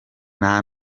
nta